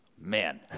Man